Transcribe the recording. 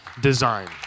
design